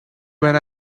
when